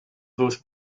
those